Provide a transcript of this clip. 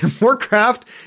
Warcraft